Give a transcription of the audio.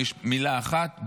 מילה אחת.